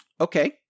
okay